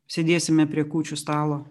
sėdėsime prie kūčių stalo